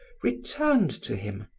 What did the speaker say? returned to him,